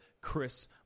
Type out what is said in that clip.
Chris